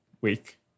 week